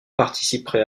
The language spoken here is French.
participerait